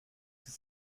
sie